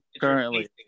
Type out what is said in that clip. currently